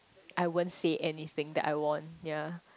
I won't say anything that I won ya